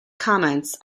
comments